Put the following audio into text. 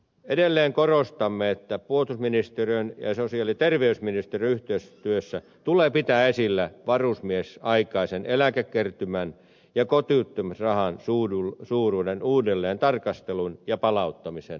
edelleen korostamme että puolustusministeriön ja sosiaali ja terveysministeriön yhteistyössä tulee pitää esillä varusmiesaikaisen eläkekertymän ja kotiuttamisrahan suuruuden uudelleen tarkastelu ja palauttaminen ohjelmiin